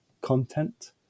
content